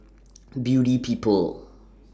Beauty People